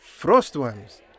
Frostworms